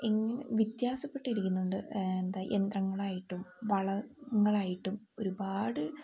ഇങ്ങനെ വ്യത്യാസപ്പെട്ടിരിക്കുന്നുണ്ട് എന്താ യന്ത്രങ്ങളായിട്ടും വളങ്ങളായിട്ടും ഒരുപാട്